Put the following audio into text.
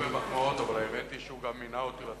מתנגדים ואין נמנעים.